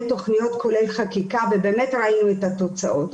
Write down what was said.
תוכניות כולל חקיקה ובאמת ראינו את התוצאות.